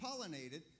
pollinated